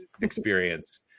experience